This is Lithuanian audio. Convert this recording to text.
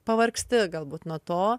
pavargsti galbūt nuo to